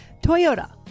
Toyota